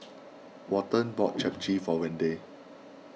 Welton bought Japchae for Wendell